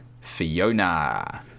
Fiona